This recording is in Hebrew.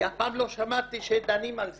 ואף פעם לא שמעתי שדנים על זה.